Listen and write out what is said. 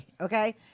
Okay